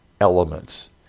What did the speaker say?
elements